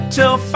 Till